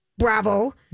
Bravo